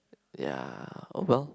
ya oh well